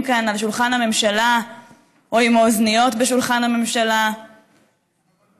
כאן ליד שולחן הממשלה או עם האוזניות בשולחן הממשלה כדי,